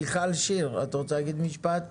מיכל שיר, את רוצה להגיד משפט?